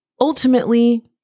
ultimately